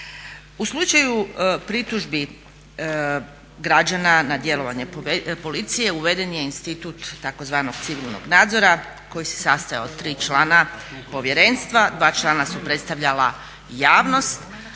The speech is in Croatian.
U slučaju pritužbi građana na djelovanje policije uveden je institut tzv. civilnog nadzora koji se sastojao od 3 člana povjerenstva, 2 člana su predstavljala javnost